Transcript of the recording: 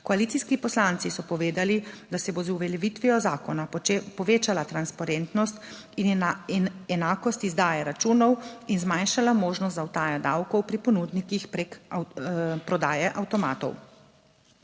Koalicijski poslanci so povedali, da se bo z uveljavitvijo zakona povečala transparentnost in enakost izdaje računov in zmanjšala možnost za utajo davkov pri ponudnikih preko prodaje avtomatov.